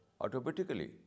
automatically